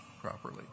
properly